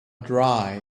dry